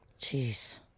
Jeez